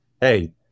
Hey